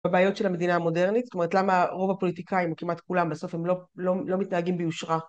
בבעיות של המדינה המודרנית, זאת אומרת למה רוב הפוליטיקאים - כמעט כולם - בסוף הם לא מתנהגים ביושרה